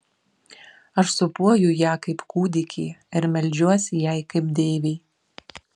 aš sūpuoju ją kaip kūdikį ir meldžiuosi jai kaip deivei